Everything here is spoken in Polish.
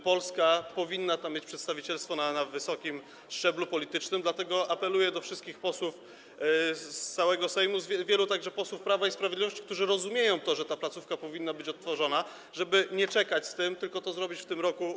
Polska powinna tam mieć przedstawicielstwo na wysokim szczeblu politycznym, dlatego apeluję do wszystkich posłów z całego Sejmu, a także wielu posłów Prawa i Sprawiedliwości, którzy rozumieją to, że ta placówka powinna być odtworzona, żeby nie czekać z tym, tylko to zrobić w tym roku.